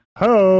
ho